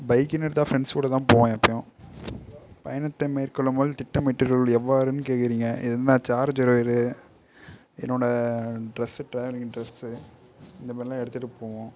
பைக்குனு எடுத்தால் ஃப்ரெண்ட்ஸ் கூட தான் போவேன் எப்பையும் பயணத்தை மேற்கொள்ளும் போது திட்டம் இட்டு எவ்வாறுனு கேட்குறீங்க என்ன சார்ஜரு ஒயரு என்னோடய டிரெஸ்ஸு டிராவல்லிங் டிரெஸ்ஸு இந்த மாதிரிலான் எடுத்துகிட்டு போவோம்